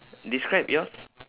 describe yours